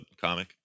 comic